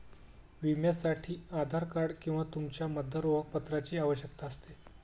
विम्यासाठी आधार कार्ड किंवा तुमच्या मतदार ओळखपत्राची आवश्यकता असते